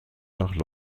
nach